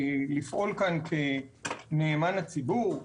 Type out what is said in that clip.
לפעול כאן כנאמן הציבור.